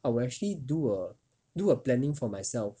I will actually do a do a planning for myself